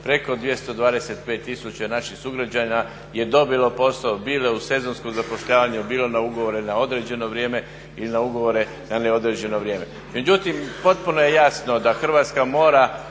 preko 225 000 naših sugrađana je dobilo posao, bilo u sezonskom zapošljavanju, bilo na ugovore na određeno vrijeme i na ugovore na neodređeno vrijeme. Međutim, potpuno je jasno da Hrvatska mora